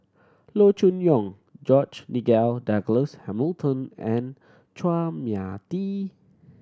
Loo Choon Yong George Nigel Douglas Hamilton and Chua Mia Tee